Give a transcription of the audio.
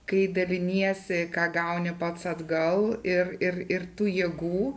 kai daliniesi ką gauni pats atgal ir ir ir tų jėgų